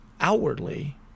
outwardly